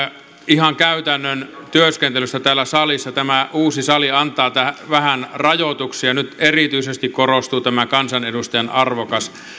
ihan käytännön työskentelystä täällä salissa tämä uusi sali antaa vähän rajoituksia nyt erityisesti korostuu tämä kansanedustajan arvokas